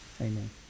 Amen